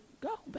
go